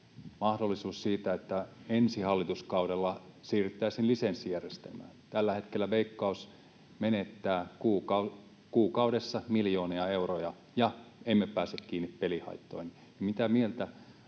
mahdollisuus, että ensi hallituskaudella siirryttäisiin lisenssijärjestelmään. Tällä hetkellä Veikkaus menettää kuukaudessa miljoonia euroja ja emme pääse kiinni pelihaittoihin. Mitä mieltä